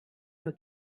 nur